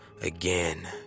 again